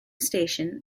station